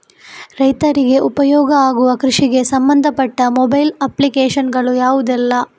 ರೈತರಿಗೆ ಉಪಯೋಗ ಆಗುವ ಕೃಷಿಗೆ ಸಂಬಂಧಪಟ್ಟ ಮೊಬೈಲ್ ಅಪ್ಲಿಕೇಶನ್ ಗಳು ಯಾವುದೆಲ್ಲ?